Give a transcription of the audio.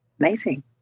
Amazing